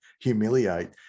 humiliate